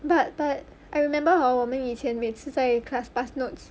but but I remember hor 我们以前每次在 class pass notes